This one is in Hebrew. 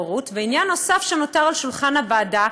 עניין נוסף שנותר על שולחן הוועדה,